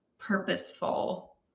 purposeful